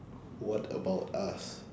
what about us